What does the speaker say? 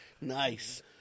nice